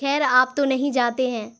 خیر آپ تو نہیں جاتے ہیں